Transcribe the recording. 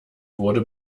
wurde